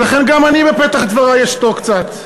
ולכן גם אני בפתח דברי אשתוק קצת.